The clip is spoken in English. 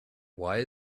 why